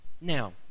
now